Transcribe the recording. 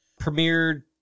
premiered